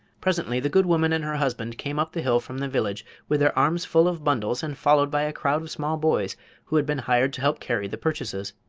presently the good woman and her husband came up the hill from the village with their arms full of bundles and followed by a crowd of small boys who had been hired to help carry the purchases.